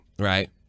right